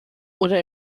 oder